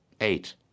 Eight